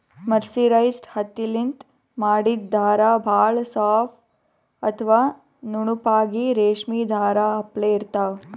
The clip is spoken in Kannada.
ಮರ್ಸಿರೈಸ್ಡ್ ಹತ್ತಿಲಿಂತ್ ಮಾಡಿದ್ದ್ ಧಾರಾ ಭಾಳ್ ಸಾಫ್ ಅಥವಾ ನುಣುಪಾಗಿ ರೇಶ್ಮಿ ಧಾರಾ ಅಪ್ಲೆ ಇರ್ತಾವ್